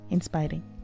Inspiring